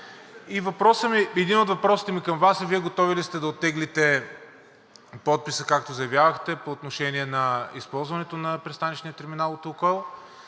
Единият ми въпрос към Вас е: Вие готови ли сте да оттеглите подписа, както заявявахте, по отношение на използването на пристанищния терминал от